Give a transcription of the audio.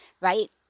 Right